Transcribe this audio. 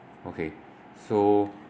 okay so